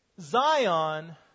Zion